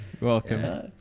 Welcome